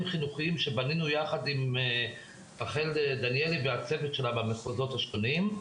חינוכיים שבנינו יחד עם רחל דניאלי והצוות שלה במחוזות השונים.